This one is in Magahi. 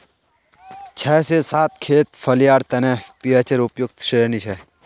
छह से सात खेत फलियार तने पीएचेर उपयुक्त श्रेणी छे